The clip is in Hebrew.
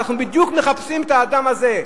אנחנו בדיוק מחפשים את האדם הזה,